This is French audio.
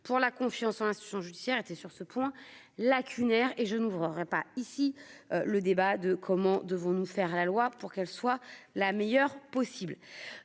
pour la confiance en institution judiciaire était sur ce point, lacunaires et je n'ouvre pas ici le débat de comment devons-nous faire la loi pour qu'elle soit la meilleure possible,